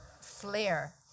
flair